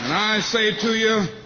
i say to you,